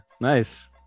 nice